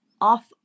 off